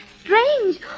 strange